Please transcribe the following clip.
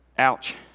ouch